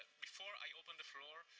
before i open the floor,